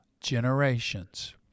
generations